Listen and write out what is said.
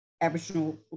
Aboriginal